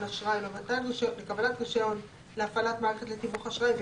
אשראי או לקבלת רישיון להפעלת מערכת לתיווך באשראי,